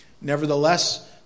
Nevertheless